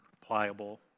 pliable